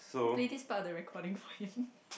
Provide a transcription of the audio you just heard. okay please start the recording for him